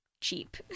cheap